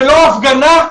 ולא הפגנה,